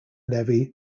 levy